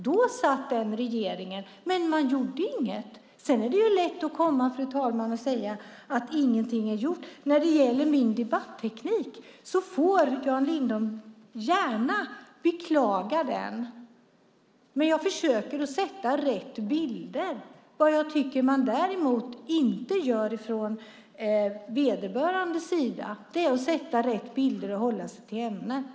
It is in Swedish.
Då satt den regeringen, men man gjorde inget. Det är lätt, fru talman, att sedan komma och säga att ingenting är gjort. När det gäller min debatteknik får Jan Lindholm gärna beklaga den, men jag försöker att sätta rätt bilder. Vad jag tycker att man däremot inte gör ifrån vederbörandes sida är att sätta rätt bilder och hålla sig till ämnet.